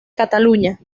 cataluña